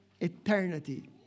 eternity